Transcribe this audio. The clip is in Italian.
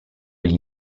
gli